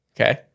Okay